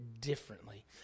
differently